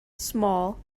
small